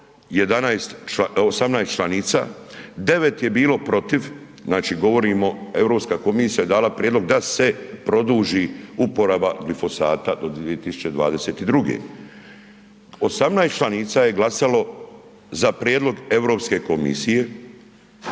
18 članica, 9 je bilo protiv, znači govorimo Europska komisija je dala prijedlog da se produži uporaba glifosata do 2022. 18 članica je glasalo za prijedlog Europske komisije,